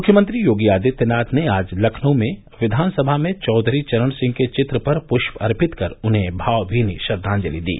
मुख्यमंत्री योगी आदित्यनाथ ने आज लखनऊ में विधानसभा में चौधरी चरण सिंह के चित्र पर मात्यार्पण कर उन्हें भावमीनी श्रद्वांजलि दी